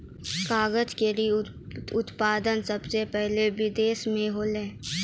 कागज केरो उत्पादन सबसें पहिने बिदेस म होलै